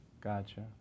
Gotcha